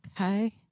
Okay